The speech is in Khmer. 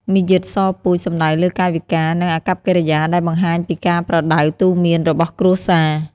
«មារយាទសពូជ» សំដៅលើកាយវិការ និងអាកប្បកិរិយា ដែលបង្ហាញពីការប្រដៅទូន្មានរបស់គ្រួសារ។